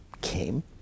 came